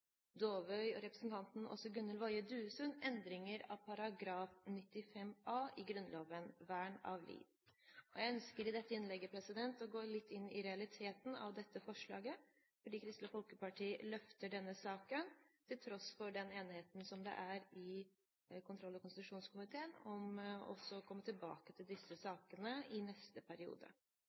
Dåvøy og representanten Åse Gunhild Woie Duesund, forslag om endringer av § 95 a i Grunnloven, vern av liv. Jeg ønsker i dette innlegget å gå litt inn i realiteten av dette forslaget fordi Kristelig Folkeparti løfter denne saken, til tross for den enigheten som er i kontroll- og konstitusjonskomiteen om også å komme tilbake til disse sakene i neste periode.